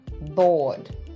bored